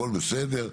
הכול בסדר.